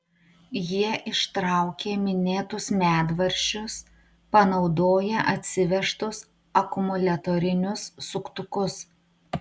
jie ištraukė minėtus medvaržčius panaudoję atsivežtus akumuliatorinius suktukus